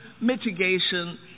mitigation